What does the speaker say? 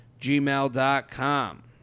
gmail.com